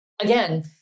Again